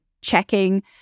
checking